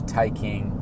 taking